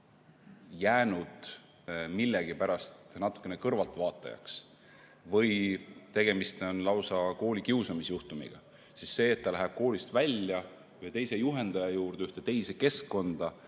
jäänud millegipärast natuke kõrvaltvaatajaks või tegemist on lausa koolikiusamise juhtumiga, siis kui ta läheb koolist välja või teise juhendaja juurde, teise keskkonda,